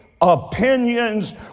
Opinions